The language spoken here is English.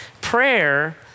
Prayer